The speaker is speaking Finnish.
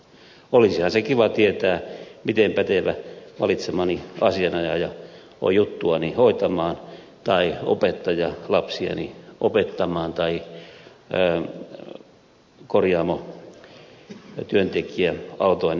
olisihan se kiva tietää miten pätevä valitsemani asianajaja on juttuani hoitamaan tai opettaja lapsiani opettamaan tai korjaamotyöntekijä autoani korjaamaan